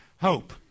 hope